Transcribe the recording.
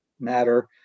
matter